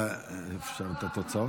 אפשר את התוצאות?